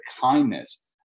kindness